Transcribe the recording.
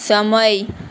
સમય